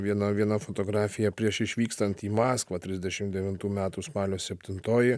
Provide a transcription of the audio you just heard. viena viena fotografija prieš išvykstant į maskvą trisdešim devintų metų spalio septuntoji